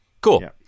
Cool